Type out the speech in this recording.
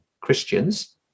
Christians